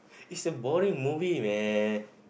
it's a boring movie man